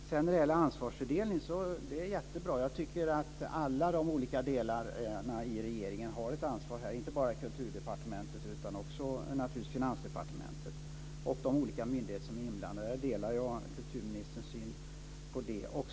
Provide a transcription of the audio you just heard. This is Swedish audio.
När det sedan gäller ansvarsfördelningen är det jättebra att alla del olika delarna i regeringen har ett ansvar här, inte bara Kulturdepartementet utan också Finansdepartementet och även de olika myndigheter som är inblandade. Här delar jag kulturministerns syn.